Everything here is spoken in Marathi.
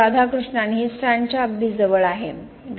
राधाकृष्ण आणि हे स्ट्रँडच्या अगदी जवळ आहे डॉ